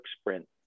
sprint